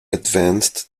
advanced